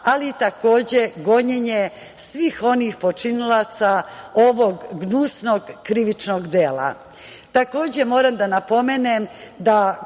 ali takođe i gonjenje svih onih počinilaca ovog gnusnog krivičnog dela. Takođe, moram da napomenem da